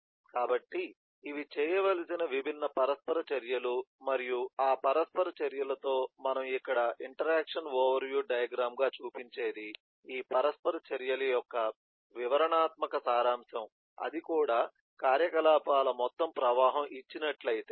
కాబట్టి ఇవి చేయవలసిన విభిన్న పరస్పర చర్యలు మరియు ఆ పరస్పర చర్యలతో మనం ఇక్కడ ఇంటరాక్షన్ ఓవర్ వ్యూ డయాగ్రమ్ గా చూపించేది ఈ పరస్పర చర్యల యొక్క వివరణాత్మక సారాంశం అది కూడా కార్యకలాపాల మొత్తం ప్రవాహం ఇచ్చినట్లైతే